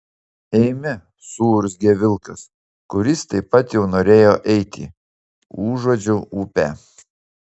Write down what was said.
eime suurzgė vilkas kuris taip pat jau norėjo eiti užuodžiu upę